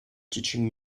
teaching